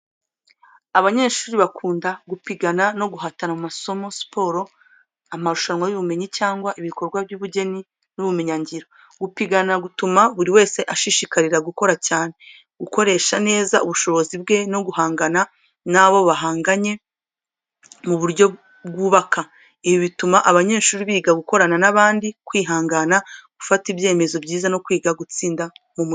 Abanyeshuri bakunda gupigana no guhatana mu masomo, siporo, amarushanwa y’ubumenyi cyangwa ibikorwa by’ubugeni n’ubumenyingiro. Gupigana gutuma buri wese ashishikarira gukora cyane, gukoresha neza ubushobozi bwe no guhangana n'abo bahanganye mu buryo bwubaka. Ibi bituma abanyeshuri biga gukorana n’abandi, kwihangana, gufata ibyemezo byiza no kwiga gutsinda mu mucyo.